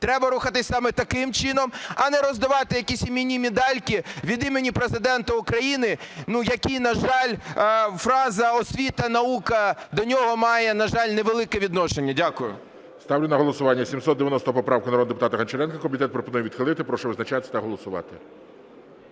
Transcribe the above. Треба рухатися саме таким чином, а не роздавати якісь іменні медальки від імені Президента України, в яких, на жаль, фраза "освіта, наука" до нього має, на жаль, невелике відношення. Дякую. ГОЛОВУЮЧИЙ. Ставлю на голосування 790 поправку народного депутата Гончаренка. Комітет пропонує відхилити. Прошу визначатися та голосувати.